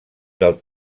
del